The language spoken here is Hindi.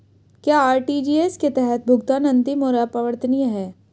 क्या आर.टी.जी.एस के तहत भुगतान अंतिम और अपरिवर्तनीय है?